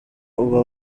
uba